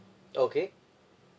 okay